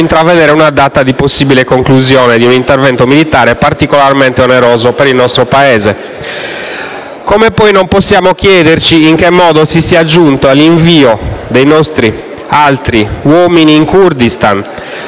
Come poi non possiamo chiederci in che modo si sia giunti all'invio di ancora altri nostri uomini in Kurdistan